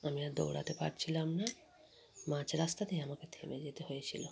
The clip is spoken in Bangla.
আমি আর দৌড়াতে পারছিলাম না মাঝ রাস্তাতেই আমাকে থেমে যেতে হয়েছিল